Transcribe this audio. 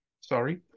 Sorry